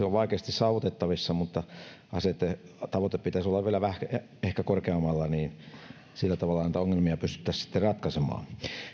on vaikeasti saavutettavissa niin tavoitteen pitäisi ehkä olla vielä pikkasen korkeammalla sillä tavallahan niitä ongelmia pystyttäisiin sitten ratkaisemaan